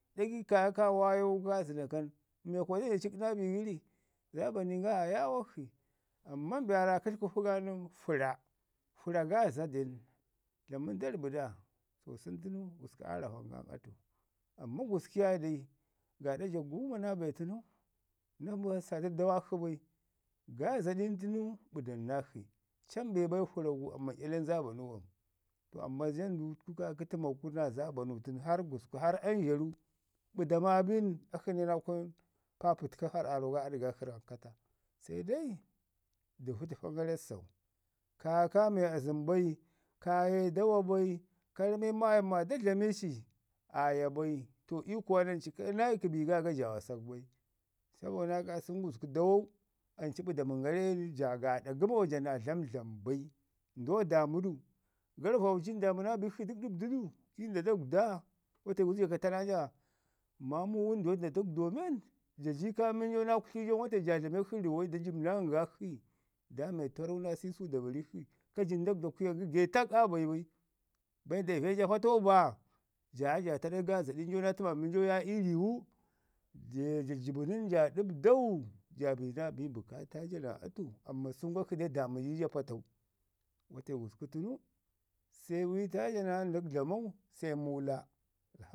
ɗagaii kayo ka waayau ka zərrnaka nən, miyakuwa da ni da cikɗu naa bi gəri zaabananin ga aa yaawok shi. Amman be aa kətl gəshi gu nən fəra. Fəra gaaza den, dlamun da rəbu da, to sən tənu gusku aa ravan gan atu, amma gusku yaayen den, gaaɗa ja guuma naa be tənu na pasatu dawak shi bai. Gaazaɗin tənu bədamu nakshi cam be bai fəra gu, amman iyalen zaabanu wam. To amman janduk təku kaakə təmaku naa zaabanu tənu, hara gusku hara anzharu, ɓədamo bin akshi ne na kun pari aarro ga aa ɗəgak shi ryankata sai dai dəvu təfən gara ii səsau, kaya ka me azəm bai, kaa ye dawa bai, ka rami maayin mo da dlami ci, aa ya bai, to iyu kuwa nan cu na iki bi ga jamasak bai. Sabo naa kaasan gusku dawau an cu ɓədamən gare ja gaaɗa gəmo, ja naa dlamdlam bai ndo daamu du. Garvaucin daamu naa bikshi zara dəɓdu du ii ndo daguda, wate gusku ja ka ta naaja maamu wənduwa ndak dagwdau men. Ja ji kaamin jau naa kutli jan wate ja dlamak shi ruwai, ɗa jəb nangakshi, da me tarrau naa siri da barik shi. Ka jin daguda kuyangi gayi tak aa bayi bai. Baya da ive ja patau bai jayo ja ta'i gaazaɗin ja naa təmamin ja, ja ye ja jəbu nən jao ɗəɓdau ja bi naa bi bukata naa atu amman sun gu akshi de daamu di ja patau. Wate gusku tənu se wiita ja naa ndak dlamau se muulo.